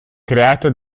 creato